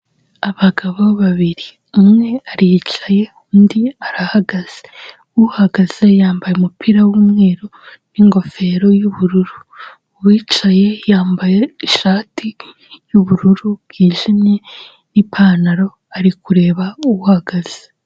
Abagabo babiri umwe aricaye undi arahagaze, uhagaze yambaye umupira w'umweru n'ingofero y'ubururu, uwicaye yambaye ishati y'ubururu bwijimye n'ipantaro ari kureba uhagaze.